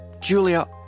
Julia